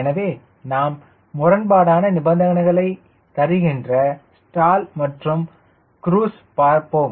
எனவே நாம் முரண்பாடான நிபந்தனைகளை தருகின்ற ஸ்டால் மற்றும் குரூஸ் பார்ப்போம்